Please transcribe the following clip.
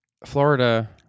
Florida